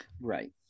right